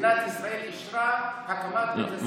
מדינת ישראל אישרה הקמת בית הספר, לא.